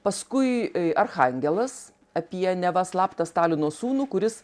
paskui i archangelas apie neva slaptą stalino sūnų kuris